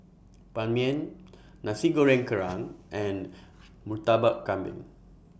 Ban Mian Nasi Goreng Kerang and Murtabak Kambing